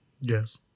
Yes